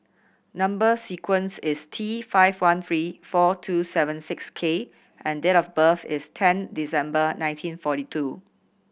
number sequence is T five one three four two seven six K and date of birth is ten December nineteen forty two